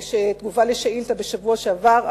בתגובה על שאילתא בשבוע שעבר,